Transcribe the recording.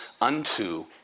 unto